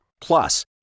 Plus